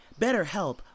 BetterHelp